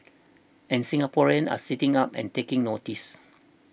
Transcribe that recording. and Singaporeans are sitting up and taking notice